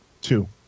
Two